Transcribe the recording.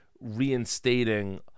reinstating